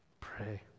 Pray